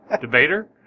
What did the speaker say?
Debater